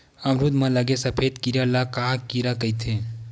अमरूद म लगे सफेद कीरा ल का कीरा कइथे?